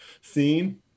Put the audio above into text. scene